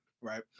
right